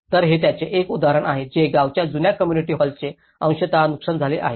तर हे त्याचे एक उदाहरण आहे जे गावाच्या जुन्या कम्युनिटी हॉलचे अंशतः नुकसान झाले आहे